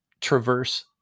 traverse